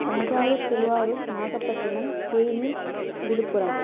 Thanjavur Thiruvarur Nagapattinam Theni Villupuram